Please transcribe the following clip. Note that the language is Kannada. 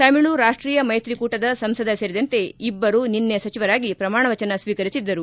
ತಮಿಳು ರಾಷ್ಟೀಯ ಮೈತ್ರಿಕೂಟದ ಸಂಸದ ಸೇರಿದಂತೆ ಇಬ್ಬರು ನಿನ್ನೆ ಸಚಿವರಾಗಿ ಪ್ರಮಾಣ ವಚನ ಸ್ವೀಕರಿಸಿದ್ದರು